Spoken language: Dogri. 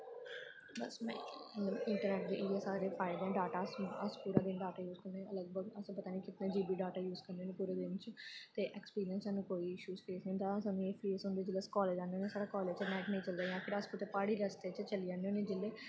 बस इंट्रनैट दे इयै सारे फायदे न डाटा अस पूरा दिन डाटा यूज़ करने लगभग अस पता निं कितने जी बी डाटा यूज़ करने होन्ने पूरे दिन च ते ऐक्सपिरियंस सानूं कोई इशू फेस निं होंदा सानूं एह् फेस होंदे जिसलै अस कालेज़ च आन्ने होन्ने साढ़े कालेज़ च नैट निं चलदा फिर अस कुतै प्हाड़ी रस्ते च चली जन्ने होन्ने जिसलै